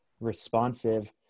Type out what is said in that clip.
responsive